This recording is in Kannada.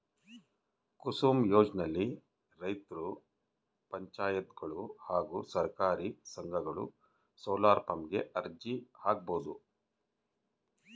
ಕುಸುಮ್ ಯೋಜ್ನೆಲಿ ರೈತ್ರು ಪಂಚಾಯತ್ಗಳು ಹಾಗೂ ಸಹಕಾರಿ ಸಂಘಗಳು ಸೋಲಾರ್ಪಂಪ್ ಗೆ ಅರ್ಜಿ ಹಾಕ್ಬೋದು